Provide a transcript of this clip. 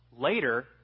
Later